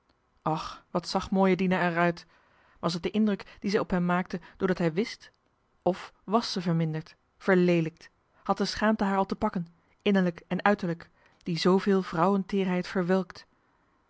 och wat zag mooie dina er uit was het de indruk dien zij op hem maakte doordat hij wist of wàs ze verminderd verleelijkt had de schaamte haar al te pakken innerlijk en uiterlijk die zooveel vrouwenteerheid verwelkt